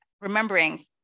remembering